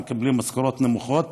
ומקבלים משכורות נמוכות.